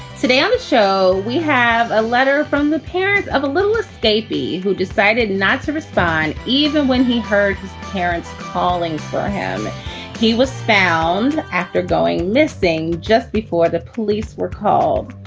today on the show, we have a letter from the parents of a little escapee who decided not to respond even when he heard his parents calling for him he was found after going missing just before the police were called.